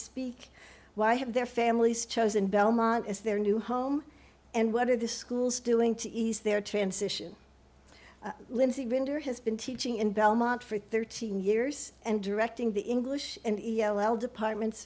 speak why have their families chosen belmont as their new home and what are the schools doing to ease their transition lynsey rinder has been teaching in belmont for thirteen years and directing the english and e l l departments